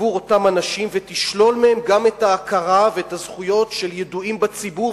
עבור אותם אנשים ותשלול מהם גם את ההכרה ואת הזכויות של ידועים בציבור,